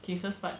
cases but